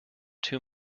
too